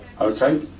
Okay